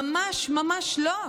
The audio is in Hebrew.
ממש ממש לא.